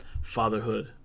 fatherhood